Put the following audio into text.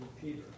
Peter